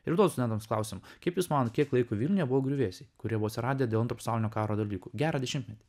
ir duodu studentams klausim kaip jūs manot kiek laiko buvo griuvėsiai kurie buvo atsiradę dėl antro pasaulinio karo dalykų gerą dešimtmetį